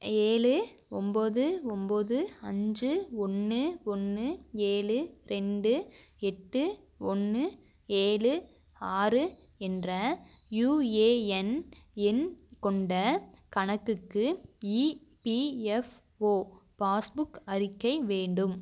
ஏழு ஒம்பது ஒம்பது அஞ்சு ஒன்று ஒன்று ஏழு ரெண்டு எட்டு ஒன்று ஏழு ஆறு என்ற யுஏஎன் எண் கொண்ட கணக்குக்கு இபிஎஃப்ஓ பாஸ்புக் அறிக்கை வேண்டும்